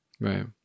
Right